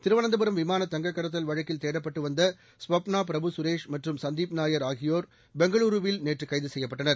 திருவனந்தபுரம் விமான தங்கக்கடத்தல் வழக்கில் தேடப்பட்டு வந்த ஸ்வப்னா பிரபுகரேஷ் மற்றும் சந்தீப் நாயர் ஆகியோர் பெங்களூருவில் நேற்று கைது செய்யப்பட்டனர்